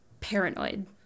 paranoid